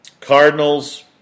Cardinals